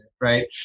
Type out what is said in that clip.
Right